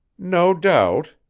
no doubt,